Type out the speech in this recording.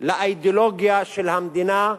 לאידיאולוגיה של המדינה,